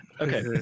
Okay